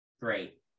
Great